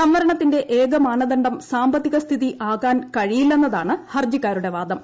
സംവരണത്തിന്റെ ഏക മാനദണ്ഡം സാമ്പത്തിക സ്ഥിതി ആകാൻ കഴിയില്ലെന്നതാണ് ഹർജ്ജിക്കാരുടെ വാദം